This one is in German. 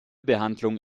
behandlung